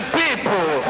people